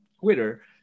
Twitter